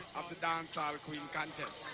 of the dancehall queen contest.